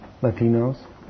Latinos